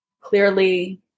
clearly